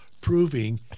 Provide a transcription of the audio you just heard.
proving